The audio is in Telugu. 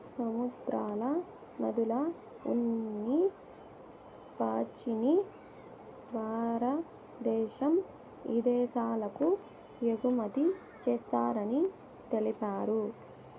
సముద్రాల, నదుల్ల ఉన్ని పాచిని భారద్దేశం ఇదేశాలకు ఎగుమతి చేస్తారని తెలిపారు